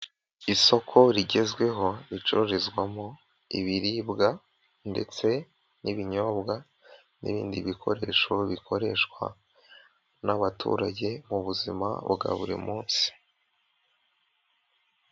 Isoko rigezweho ricururizwamo ibiribwa ndetse n'ibinyobwa n'ibindi bikoresho bikoreshwa n'abaturage mu buzima bwa buri munsi.